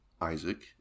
Isaac